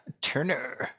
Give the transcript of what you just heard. Turner